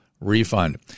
refund